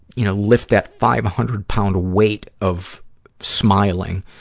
you know, lift that five hundred pound weight of smiling,